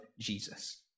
Jesus